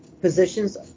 positions